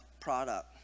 product